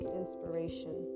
inspiration